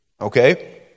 Okay